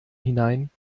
hinein